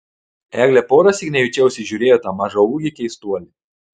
eglė porąsyk nejučia užsižiūrėjo į tą mažaūgį keistuolį